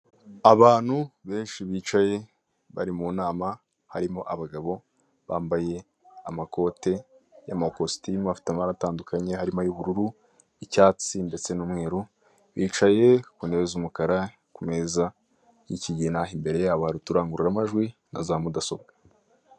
Abantu benshi bicaye bari mu nama harimo abagabo bambaye amakote y'amakositime afite amabara atandukanye harimo ay'ubururu, icyatsi ndetse n'umweru, bicaye ku ntebe z'umukara, ku meza y'ikigina, imbere yabo hari uturangururamajwi na za mudasobwa.